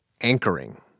anchoring